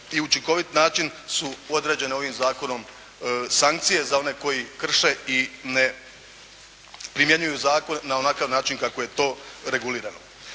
i učinkovit način su određene ovim Zakonom sankcije za one koji krše i ne primjenjuju zakon na onakav način kako je to regulirano.